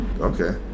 Okay